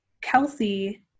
Kelsey